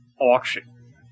auction